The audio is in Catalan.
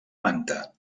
manta